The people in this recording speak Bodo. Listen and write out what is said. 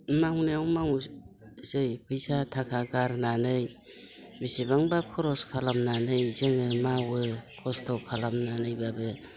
मावनाया मावजोबसै फैसा थाखा गारनानै बेसेबांबा खरस खालामनानै जोङो मावो खस्थ' खालामनानैब्लाबो